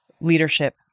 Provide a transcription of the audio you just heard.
leadership